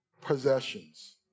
possessions